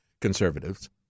conservatives